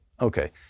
Okay